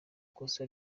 ikosa